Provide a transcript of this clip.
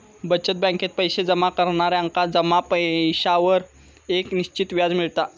बचत बॅकेत पैशे जमा करणार्यांका जमा पैशांवर एक निश्चित व्याज मिळता